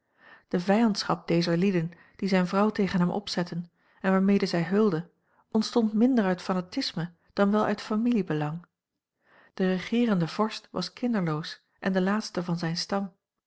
de vijandschap dezer lieden die zijne vrouw tegen hem opzetten en waarmee zij heulde ontstond minder uit fanatisme dan wel uit familiebelang de regeerende vorst was kinderloos en de laatste van zijn stam